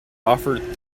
offered